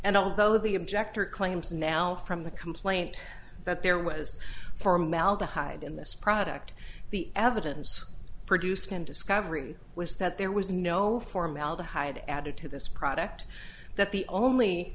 and although the objector claims now from the complaint that there was formaldehyde in this product the evidence produced in discovery was that there was no formaldehyde added to this product that the only